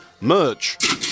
merch